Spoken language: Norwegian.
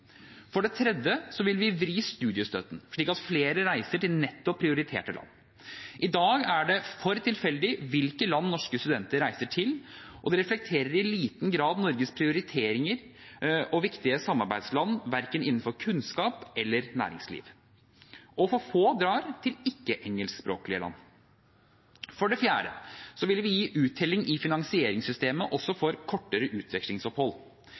For det tredje vil vi vri studiestøtten, slik at flere reiser til nettopp prioriterte land. I dag er det for tilfeldig hvilke land norske studenter reiser til, og det reflekterer i liten grad Norges prioriteringer og viktigste samarbeidsland innenfor verken kunnskap eller næringsliv. Og for få drar til ikke-engelskspråklige land. For det fjerde vil vi gi uttelling i finansieringssystemet også for kortere utvekslingsopphold.